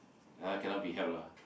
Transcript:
uh cannot be helped lah